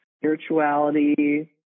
spirituality